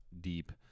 deep